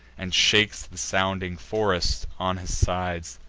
and shakes the sounding forest on his sides.